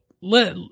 let